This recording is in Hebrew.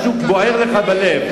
משהו בוער לך בלב.